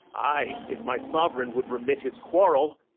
aye, if my sovereign would remit his quarrel.